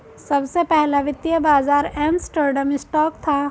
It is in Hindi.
सबसे पहला वित्तीय बाज़ार एम्स्टर्डम स्टॉक था